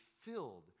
filled